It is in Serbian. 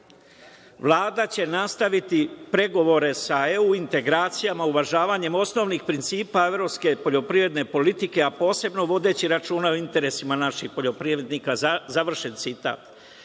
Vlada će nastaviti pregovore sa EU integracijama uvažavanjem osnovnih principa evropske poljoprivredne politike, a posebno vodeći računa o interesima naših poljoprivrednika, završen citat. Drago